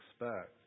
expect